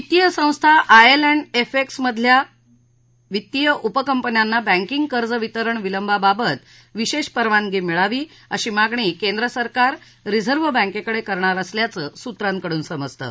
वित्तीय संस्था I L and F S मधल्या वित्तीय उपकंपन्यांना बँकिग कर्ज वितरण विलंबाबाबत विशेष परवानगी मिळावी अशी मागणी केन्द्र सरकार रिझर्व बँकेकडे करणार असल्याचं सुत्रांकडून समजतं